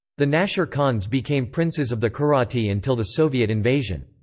the nasher khans became princes of the kharoti until the soviet invasion.